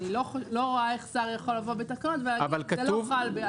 אני לא רואה איך שר יכול לבוא בתקנות ולהגיד שזה לא חל על דבש.